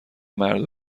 مردا